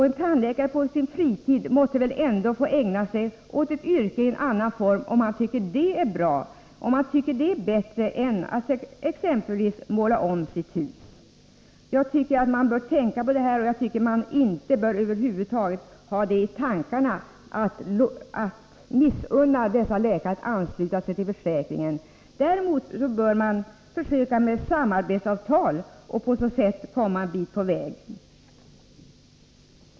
En tandläkare måste väl ändå på sin fritid få ägna sig åt ett yrke i annan form om han tycker att det är bättre än att exempelvis måla om sitt hus. Jag tycker att man bör tänka på detta och inte missunna dessa läkare att ansluta sig till försäkringen. Däremot bör man försöka att med samarbetsavtal komma en bit på väg.